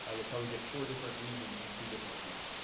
ah you'll probably get four different reasons from two different jews.